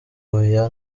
oya